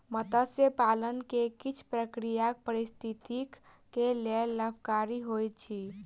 मत्स्य पालन के किछ प्रक्रिया पारिस्थितिकी के लेल लाभकारी होइत अछि